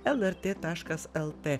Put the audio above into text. lrt taškas lt